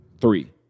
three